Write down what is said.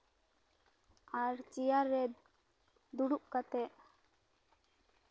ᱟᱨ chair ᱨᱮ ᱫᱩᱲᱩᱵ ᱠᱟᱛᱮᱜ